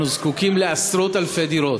אנחנו זקוקים לעשרות-אלפי דירות.